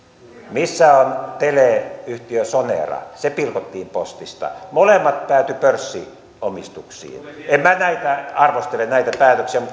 missä on teleyhtiö sonera se pilkottiin postista molemmat päätyivät pörssiomistukseen en minä arvostele näitä päätöksiä